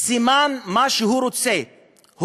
סימן למה שהוא רוצה,